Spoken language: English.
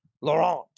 Laurent